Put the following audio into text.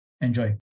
Enjoy